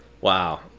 Wow